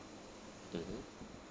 mmhmm